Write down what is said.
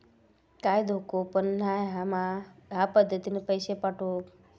काय धोको पन नाय मा ह्या पद्धतीनं पैसे पाठउक?